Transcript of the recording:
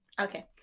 Okay